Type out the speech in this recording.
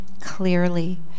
clearly